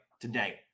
today